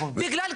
בוא נתחיל מזה.